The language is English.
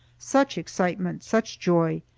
such excitement, such joy!